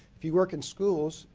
if you work in schools,